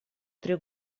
три